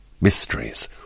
mysteries